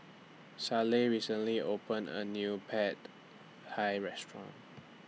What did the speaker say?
Sallie recently opened A New Pad Hi Restaurant